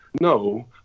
no